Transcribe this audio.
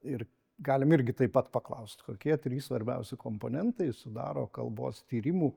ir galim irgi taip pat paklaust kokie trys svarbiausi komponentai sudaro kalbos tyrimų